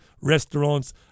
restaurants